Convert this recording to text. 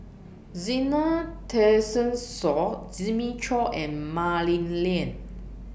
Zena Tessensohn Jimmy Chok and Mah Li Lian